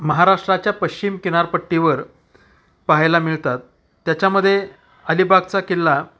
महाराष्ट्राच्या पश्चिम किनारपट्टीवर पाहायला मिळतात त्याच्यामध्ये अलिबागचा किल्ला